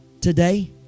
today